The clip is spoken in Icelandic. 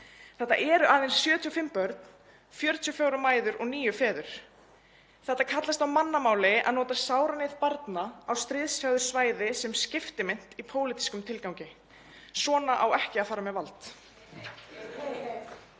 Þetta eru aðeins 75 börn, 44 mæður og níu feður. Þetta kallast á mannamáli að nota sára neyð barna á stríðshrjáðu svæði sem skiptimynt í pólitískum tilgangi. Svona á ekki að fara með vald.